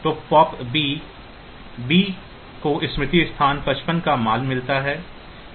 तो पॉप बी बी को स्मृति स्थान 55 का मान मिलता है